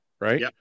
right